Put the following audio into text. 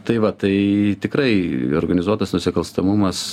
tai va tai tikrai organizuotas nusikalstamumas